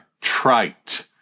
trite